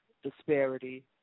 disparity